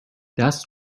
دست